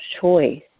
choice